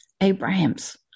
Abraham's